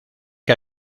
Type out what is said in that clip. que